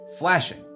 flashing